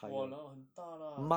!walao! 很大啦